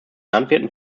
landwirten